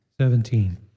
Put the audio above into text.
Seventeen